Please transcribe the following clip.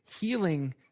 healing